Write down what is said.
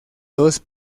dos